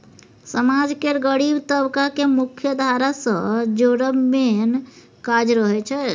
समाज केर गरीब तबका केँ मुख्यधारा सँ जोड़ब मेन काज रहय छै